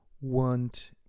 want